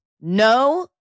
No